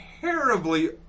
terribly